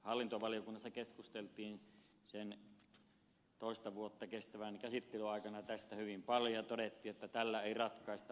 hallintovaliokunnassa keskusteltiin sen toista vuotta kestävän käsittelyn aikana tästä hyvin paljon ja todettiin että tällä ei ongelmia ratkaista